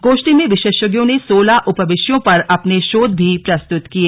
गोष्ठी में विशेषज्ञों ने सोलह उपविषयों पर अपने शोध भी प्रस्तुत किए